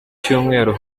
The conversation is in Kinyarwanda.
cyumweru